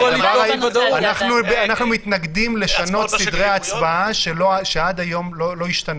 אנחנו מתנגדים לשנות סדרי הצבעה שעד היום לא היה.